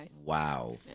Wow